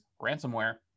ransomware